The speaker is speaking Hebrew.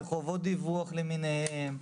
חובות דיווח למיניהן,